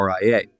RIA